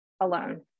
alone